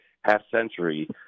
half-century